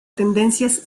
tendencias